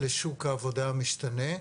לשוק העבודה המשתנה,